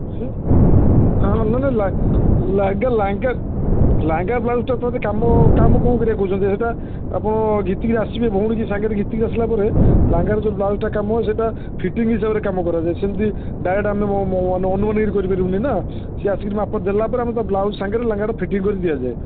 କିଛି ହଁ ମାନେ ଲାଙ୍ଗା ଲାଙ୍ଗା ଲାଙ୍ଗା ବ୍ଲାଉଜ୍ଟା ତ ଟିକେ କାମ କାମ କ'ଣ କରିବା କହୁଛନ୍ତି ହେଇଟା ଆପଣ ଘିତିକି ଆସିବେ ଭଉଣୀକୁ ସାଙ୍ଗରେ ଘିତିକି ଆସିଲା ପରେ ଲାଙ୍ଗାର ଯେଉଁ ବ୍ଲାଉଜ୍ଟା କାମ ହୁଏ ସେଇଟା ଫିଟିଙ୍ଗ ହିସାବରେ କାମ କରାଯାଏ ସେମିତି ଡାଇରେକ୍ଟ ଆମ ଅନୁମାନିକ କରିପାରିବୁନି ନା ସିଏ ଆସିକି ମାପ ଦେଲା ପରେ ଆମେ ତା' ବ୍ଲାଉଜ୍ ସାଙ୍ଗରେ ଲାଙ୍ଗାଟା ଫିଟିଙ୍ଗ କରିକି ଦିଆଯାଏ